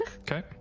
Okay